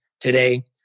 today